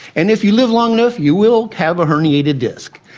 and if you live long enough you will have a herniated disc.